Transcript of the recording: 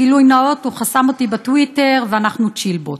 גילוי נאות: הוא חסם אותי בטוויטר ואנחנו צ'ילבות.